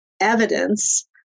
evidence